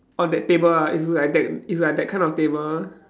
on that table ah it's like that it's like that kind of table